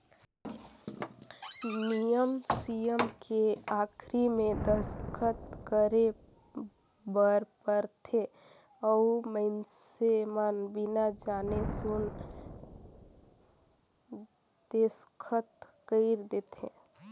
नियम सियम के आखरी मे दस्खत करे बर परथे अउ मइनसे मन बिना जाने सुन देसखत कइर देंथे